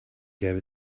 gave